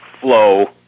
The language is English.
flow